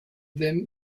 them